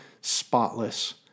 spotless